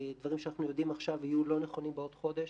דברים שאנחנו יודעים עכשיו יהיו לא נכונים בעוד חודש.